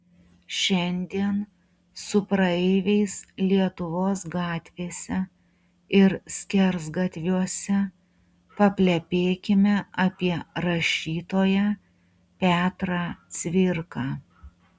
šiandien su praeiviais lietuvos gatvėse ir skersgatviuose paplepėkime apie rašytoją petrą cvirką